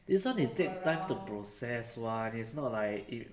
this one is take time to process [one] it's not like